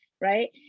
right